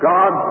God